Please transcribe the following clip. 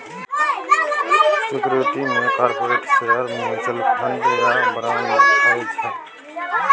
security मे कारपोरेटक share, mutual fund आ बांड होइ छै